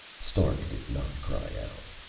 stark did not cry out.